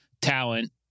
talent